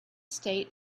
state